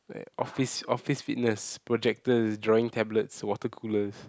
like office office fitness projectors drawing tablets water coolers